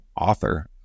author